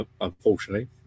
unfortunately